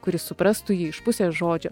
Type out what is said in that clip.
kuri suprastų jį iš pusės žodžio